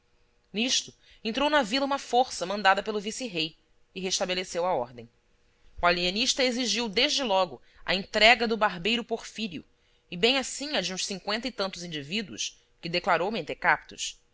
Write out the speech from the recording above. nisto entrou na vila uma força mandada pelo vice-rei e restabeleceu a ordem o alienista exigiu desde logo a entrega do barbeiro porfírio e bem assim a de uns cinqüenta e tantos indivíduos que declarou mentecaptos